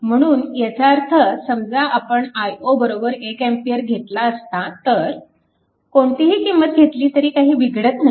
म्हणून ह्याचा अर्थ समजा आपण i0 1A घेतला असता तर कोणतीही किंमत घेतली तरी काही बिघडत नाही